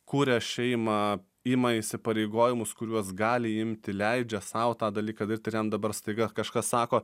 kuria šeimą ima įsipareigojimus kuriuos gali imti leidžia sau tą dalyką daryt ir jam dabar staiga kažkas sako